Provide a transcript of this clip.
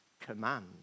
command